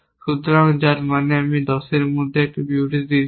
সুতরাং যার মানে আমি 10 এর মতো একটি বিবৃতি দিচ্ছি